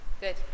Good